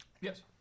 Yes